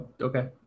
Okay